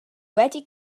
wedi